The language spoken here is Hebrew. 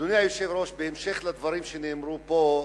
אדוני היושב-ראש, בהמשך לדברים שנאמרו פה,